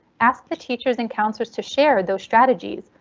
ask the teachers and counselors to share those strategies,